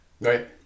Right